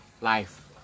life